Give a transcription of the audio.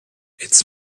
its